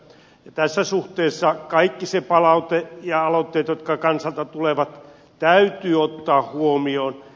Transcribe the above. tässä suhteessa kaikki se palaute ja aloitteet jotka kansalta tulevat täytyy ottaa huomioon